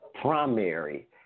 primary